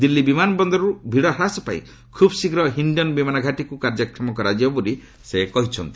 ଦିଲ୍ଲୀ ବିମାନ ବନ୍ଦରରୁ ଭିଡ଼ ହ୍ରାସ ପାଇଁ ଖୁବ୍ଶୀଘ୍ର ହିି୍ଡନ୍ ବିମାନ ଘାଟିକୁ କାର୍ଯ୍ୟକ୍ଷମ କରାଯିବ ବୋଲି ସେ କହିଛନ୍ତି